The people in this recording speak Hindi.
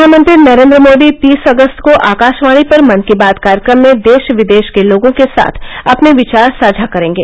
प्रधानमंत्री नरेंद्र मोदी तीस अगस्त को आकाशवाणी पर मन की बात कार्यक्रम में देश विदेश के लोगों के साथ अपने विचार साझा करेंगे